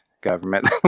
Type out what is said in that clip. government